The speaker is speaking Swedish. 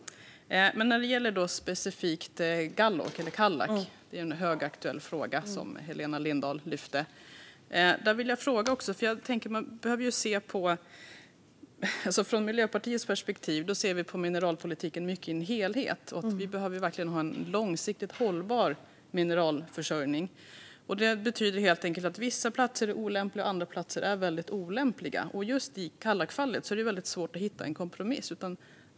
Helena Lindahl lyfte specifikt Gállok, eller Kallak, en högaktuell fråga. Där har jag en fråga. Från Miljöpartiet ser vi mineralpolitiken mycket som en helhet, och vi behöver verkligen ha en långsiktigt hållbar mineralförsörjning. Det betyder helt enkelt att vissa platser är lämpliga och andra väldigt olämpliga. Just i Kallakfallet är det väldigt svårt att hitta en kompromiss.